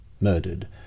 murdered